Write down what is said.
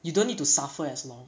you don't need to suffer as long